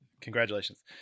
congratulations